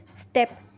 step